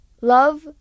love